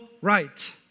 right